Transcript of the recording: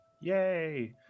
Yay